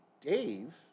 Dave